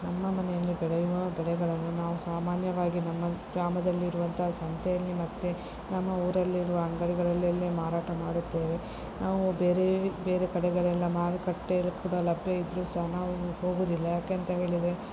ನಮ್ಮ ಮನೆಯಲ್ಲಿ ಬೆಳೆಯುವ ಬೆಳೆಗಳನ್ನು ನಾವು ಸಾಮಾನ್ಯವಾಗಿ ನಮ್ಮ ಗ್ರಾಮದಲ್ಲಿರುವಂತಹ ಸಂತೆಯಲ್ಲಿ ಮತ್ತು ನಮ್ಮ ಊರಲ್ಲಿರುವ ಅಂಗಡಿಗಳಲ್ಲೇ ಮಾರಾಟ ಮಾಡುತ್ತೇವೆ ನಾವು ಬೇರೆ ಬೇರೆ ಕಡೆಗಳೆಲ್ಲ ಮಾರುಕಟ್ಟೆ ಲಭ್ಯ ಇದ್ದರೂ ಸಹ ನಾವು ಹೋಗುವುದಿಲ್ಲ ಯಾಕೇಂತ ಹೇಳಿದರೆ